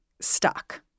stuck